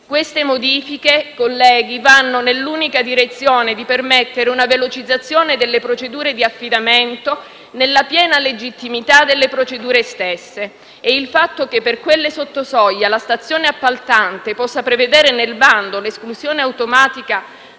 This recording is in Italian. queste modifiche vanno nell'unica direzione di permettere una velocizzazione delle procedure di affidamento nella piena legittimità delle procedure stesse e il fatto che per quelle sotto soglia la stazione appaltante possa prevedere nel bando l'esclusione automatica